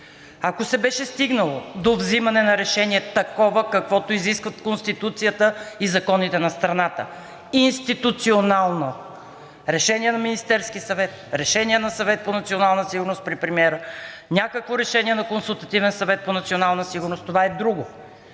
Ако се беше стигнало до взимане на решение – такова, каквото изисква Конституцията и законите на страната, институционално – решение на Министерския съвет, решение на Съвет по национална сигурност при премиера, някакво решение на Консултативния съвет за национална сигурност – това е друго,